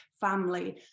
family